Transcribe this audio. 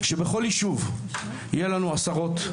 שבכל יישוב יהיו לנו עשרות,